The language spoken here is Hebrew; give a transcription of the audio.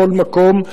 בכל מקום,